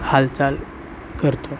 हालचाल करतो